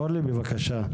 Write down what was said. אורלי, בבקשה.